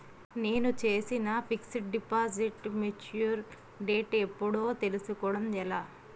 నేను చేసిన fixed deposit mature date ఎప్పుడో తెల్సుకోవడం ఎలా?